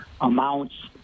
amounts